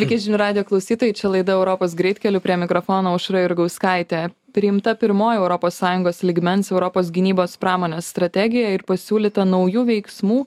sveiki žinių radijo klausytojai čia laida europos greitkeliu prie mikrofono aušra jurgauskaitė priimta pirmoji europos sąjungos lygmens europos gynybos pramonės strategija ir pasiūlyta naujų veiksmų